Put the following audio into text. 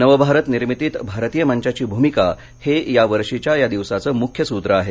नवं भारत निर्मितीत भारतीय मंचाची भूमिका हे या वर्षीच्या या दिवसाचं मुख्य सूत्र आहे